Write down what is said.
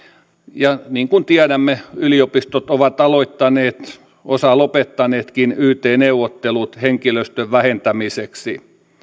ja niin kuin tiedämme yliopistot ovat aloittaneet osa on lopettanutkin yt neuvottelut henkilöstön vähentämiseksi